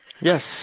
Yes